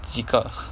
几个